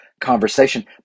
conversation